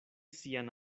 sian